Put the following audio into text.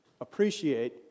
appreciate